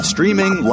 Streaming